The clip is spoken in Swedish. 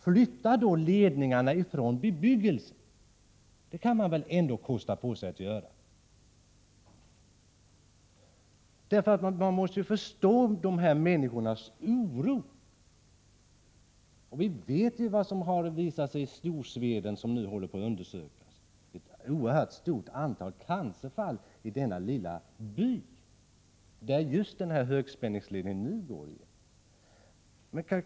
Flytta då ledningarna ifrån bebyggelsen — det kan man väl ändå kosta på sig att göra! Man måste ju förstå de här människornas oro. Vi vet vad som hänt i Storsveden, där man nu håller på att göra undersökningar. Det är ett oerhört stort antal cancerfall i denna lilla by som högspänningsledningen i dag går igenom.